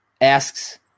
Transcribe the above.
asks